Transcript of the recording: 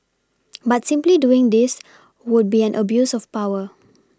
but simply doing this would be an abuse of power